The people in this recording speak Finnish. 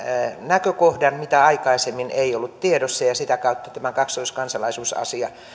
näkökohdan mikä aikaisemmin ei ollut tiedossa ja ja sitä kautta tämä kaksoiskansalaisuusasia